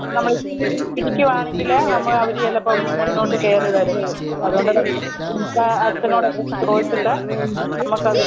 നമ്മളിത്തിരി നേരം ഇരിക്കുകയാണെങ്കിൽ നമ്മൾ അവർ ചിലപ്പം മുന്നോട്ട് കയറി വരും അതുകൊണ്ട് തന്നെ ചിലപ്പം കുട്ടിയുടെ അച്ഛനോടൊക്കെ ചോദിച്ചിട്ട് നമുക്കത്